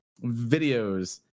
videos